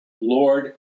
Lord